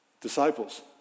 disciples